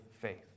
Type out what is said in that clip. faith